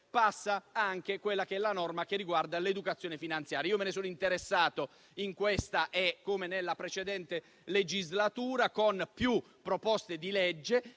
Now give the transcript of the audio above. passa anche la norma che riguarda l'educazione finanziaria. Me ne sono interessato in questa come nella precedente legislatura con più proposte di legge